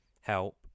help